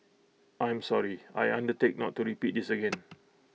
I'm sorry I undertake not to repeat this again